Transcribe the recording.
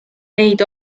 neid